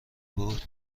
بود